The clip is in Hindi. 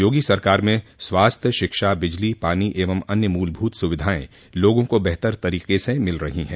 योगी सरकार में स्वास्थ्य शिक्षा बिजली पानी एवं अन्य मूलभूत सुविधाएं लोगों को बेहतर तरीके से मिल रही है